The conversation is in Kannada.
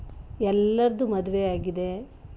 ಎಲ್ಲರದ್ದೂ ಮದುವೆಯಾಗಿದೆ